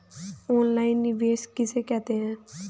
Online निवेश किसे कहते हैं?